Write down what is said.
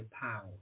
power